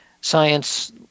science